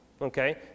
Okay